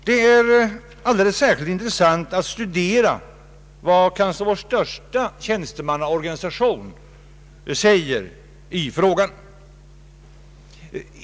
Det är alldeles särskilt intressant att studera vad vår kanske största tjänstemannaorganisation säger i denna fråga.